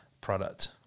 product